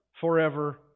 forever